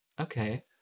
okay